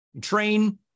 train